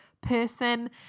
person